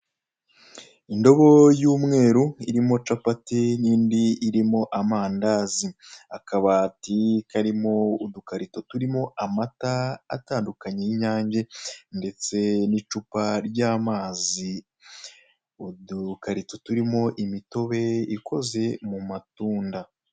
Indobo y'umweru irimo capati n'indi irimo amadazi, akabati karimo udukarito turimo amata atandukanye y'inyange ndetse, n,icupa ry'amazi. Udukarito turimo imitobe ikoze mu matunda.